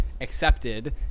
accepted